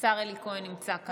השר אלי כהן נמצא כאן.